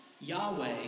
Yahweh